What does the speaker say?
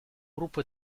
gruppo